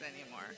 anymore